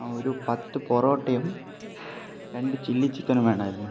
ആ ഒരു പത്ത് പൊറോട്ടയും രണ്ട് ചില്ലി ചിക്കനും വേണമായിരുന്നു